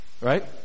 Right